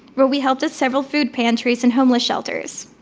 where we helped at several food pantries and homeless shelters.